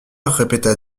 répéta